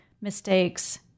mistakes